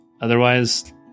otherwise